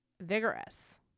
vigorous